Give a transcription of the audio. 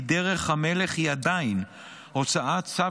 יודגש כי דרך המלך היא עדיין הוצאת צו